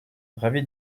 ravi